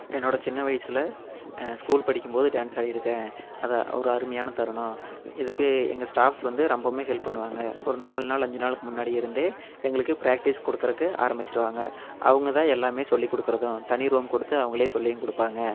என்னோடய சின்ன வயசில் ஸ்கூல் படிக்கும்போது டான்ஸ் ஆடியிருக்கேன் அது ஒரு அருமையான தருணம் இதுக்கு எங்கள் ஸ்டாஃப்ஸ் வந்து ரொம்பவுமே ஹெல்ப் பண்ணுவாங்கள் ஒரு நாலு நாள் அஞ்சு நாளுக்கு முன்னாடியிருந்தே எங்களுக்கு ப்ராக்ட்டிஸ் கொடுக்குறக்கு ஆரமிச்சிடுவாங்க அவங்க தான் எல்லாமே சொல்லிக்கொடுக்குறதும் தனி ரூம் கொடுத்து அவங்களே சொல்லியும் கொடுப்பாங்க